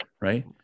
right